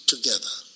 together